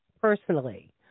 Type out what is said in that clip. personally